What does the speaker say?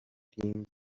team